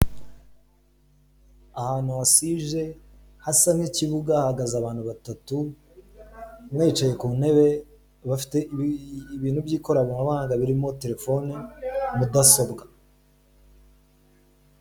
Ahantu wasije hasa nk'ikibuga hagaze abantu batatu, umwe yicaye ku ntebe, bafite ibintu by'ikoranabuhanga birimo telefone, mudasobwa.